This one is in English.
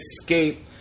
escape